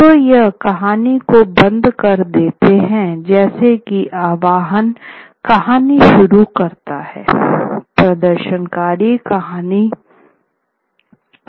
तो यह कहानी को बंद कर देता है जैसे कि आह्वान कहानी शुरू करता है